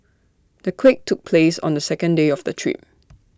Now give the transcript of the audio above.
the quake took place on the second day of the trip